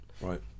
right